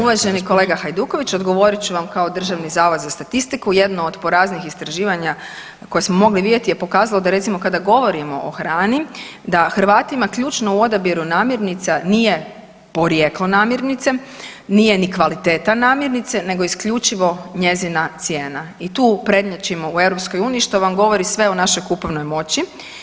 Uvaženi kolega Hajduković, odgovorit ću vam kao Državni zavod za statistiku, jednu od poraznijih istraživanja koje smo mogli vidjeti je pokazalo da recimo kada govorimo o hrani da Hrvatima ključno u odabiru namirnica nije porijeklo namirnice, nije ni kvaliteta namirnice, nego isključivo njezina cijena i tu prednjačimo u EU, što vam govori sve o našoj kupovnoj moći.